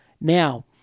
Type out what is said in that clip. Now